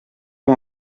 pas